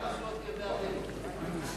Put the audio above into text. חוק ומשפט נתקבלה.